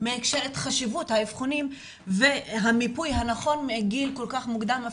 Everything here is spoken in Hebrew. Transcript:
חשיבות האבחונים והמיפוי הנכון מגיל כל כך מוקדם,